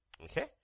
Okay